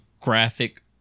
graphic